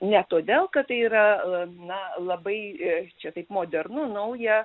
ne todėl kad tai yra na labai čia taip modernu nauja